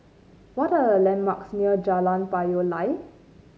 what are the landmarks near Jalan Payoh Lai